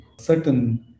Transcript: certain